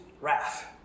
wrath